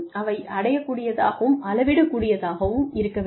அவை அடையக்கூடியதாகவும் அளவிடக்கூடியதாகவும் இருக்க வேண்டும்